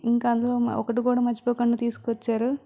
ఇంకా అందులో ఒకటి కూడా మర్చిపోకుండా తీసుకొచ్చారు